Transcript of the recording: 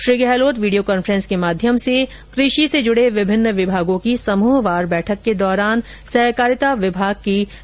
Shri Gehlot video conference के माध्यम से कृषि से जुड़े विभिन्न विभागों की समूहवार बैठक के दौरान सहकारिता विभाग की समीक्षा कर रहे थे